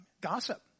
Gossip